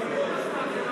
אבקש מהקהל לקום.